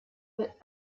but